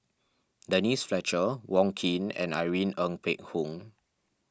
Denise Fletcher Wong Keen and Irene Ng Phek Hoong